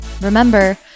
Remember